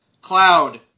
Cloud